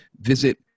Visit